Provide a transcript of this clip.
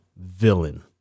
villain